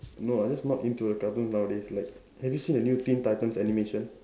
no I just not into the cartoons nowadays like have you seen the new teen titans animation